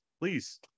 please